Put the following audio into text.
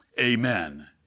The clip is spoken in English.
Amen